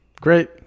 Great